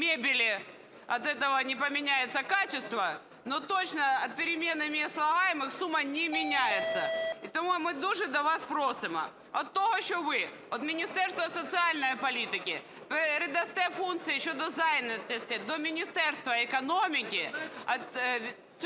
мебели от этого не поменяется качество. Но точно от перемены мест слагаемых сумма не меняется. І тому ми дуже до вас просимо: від того, що ви від Міністерства соціальної політики передасте функції щодо зайнятості до Міністерства економіки,